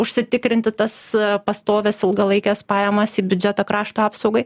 užsitikrinti tas pastovias ilgalaikes pajamas į biudžetą krašto apsaugai